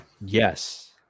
yes